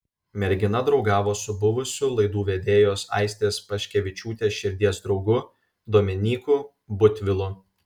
mergina draugavo su buvusiu laidų vedėjos aistės paškevičiūtės širdies draugu dominyku butvilu